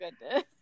goodness